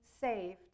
saved